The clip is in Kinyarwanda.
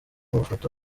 mafoto